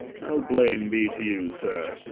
no blame be to you, sir,